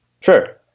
Sure